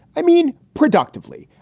i mean productively.